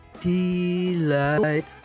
delight